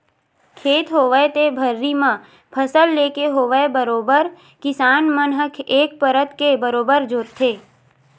खेत होवय ते भर्री म फसल लेके होवय बरोबर किसान मन ह एक परत के बरोबर जोंतथे